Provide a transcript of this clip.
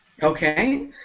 Okay